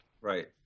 Right